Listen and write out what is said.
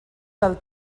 del